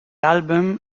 album